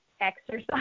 exercise